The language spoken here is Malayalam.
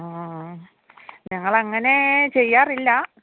ആ ഞങ്ങളങ്ങനെ ചെയ്യാറില്ല